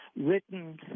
written